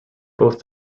both